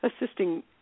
assisting